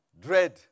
dread